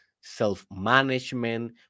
self-management